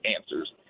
answers